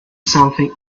something